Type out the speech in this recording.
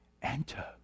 enter